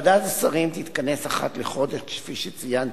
ועדת השרים תתכנס אחת לחודש, כפי שציינתי,